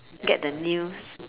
get the new